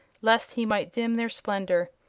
lest he might dim their splendor.